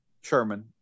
Sherman